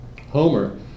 Homer